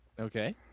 okay